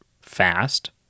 fast